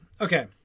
okay